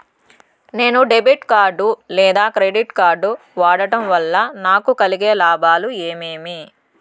నేను debit card లేదా credit card వాడడం వల్ల నాకు కలిగే లాభాలు ఏమేమీ?